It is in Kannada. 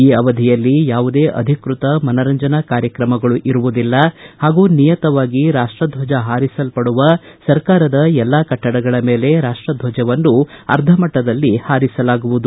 ಈ ಅವಧಿಯಲ್ಲಿ ಯಾವುದೇ ಅಧಿಕೃತ ಮನರಂಜನಾ ಕಾರ್ಯತ್ರಮಗಳು ಇರುವುದಿಲ್ಲ ಹಾಗೂ ನಿಯತವಾಗಿ ರಾಷ್ಷದ್ವಜ ಹಾರಿಸಲ್ಪಡುವ ಸರ್ಕಾರದ ಎಲ್ಲಾ ಕೆಟ್ಟಡಗಳ ಮೇಲೆ ರಾಷ್ಸದ್ವಜವನ್ನು ಅರ್ಧಮಟ್ಟದಲ್ಲಿ ಹಾರಿಸಲಾಗುವುದು